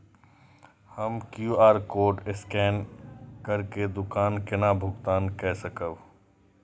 हम QR code scan करके दुकान केना भुगतान काय सकब?